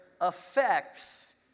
affects